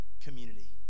community